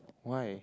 why